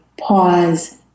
pause